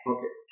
Okay